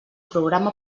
programa